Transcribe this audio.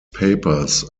papers